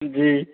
जी